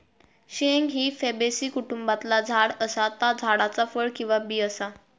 शेंग ही फॅबेसी कुटुंबातला झाड असा ता झाडाचा फळ किंवा बी असा